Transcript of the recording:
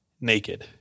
naked